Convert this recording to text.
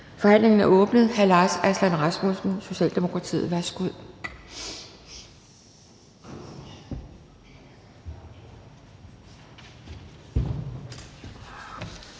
Forhandlingen er åbnet. Hr. Lars Aslan Rasmussen, Socialdemokratiet. Værsgo.